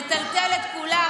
מטלטל את כולה,